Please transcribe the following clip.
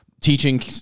teaching